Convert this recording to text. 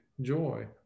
joy